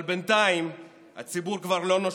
אבל בינתיים הציבור כבר לא נושם,